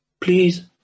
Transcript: please